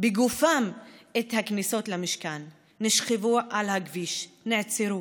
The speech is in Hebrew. בגופם את הכניסות למשכן, נשכבו על הכביש, נעצרו,